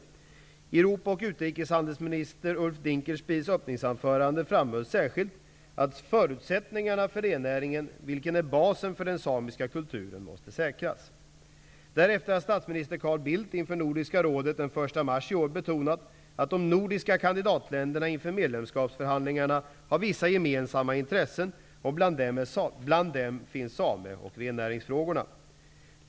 I Europaoch utrikeshandelsministern Ulf Dinkelspiels öppningsanförande framhölls särskilt att förutsättningarna för rennäringen, vilken är basen för den samiska kulturen, måste säkras. Därefter har statsminister Carl Bildt inför Nordiska rådet den 1 mars i år betonat att de nordiska kandidatländerna inför medlemskapsförhandlingarna har vissa gemensamma intressen och att bland dem är sameoch rennäringsfrågorna.